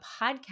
podcast